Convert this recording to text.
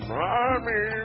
mommy